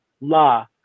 la